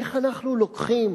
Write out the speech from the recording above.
איך אנחנו לוקחים